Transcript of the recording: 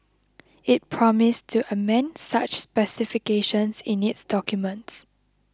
it promised to amend such specifications in its documents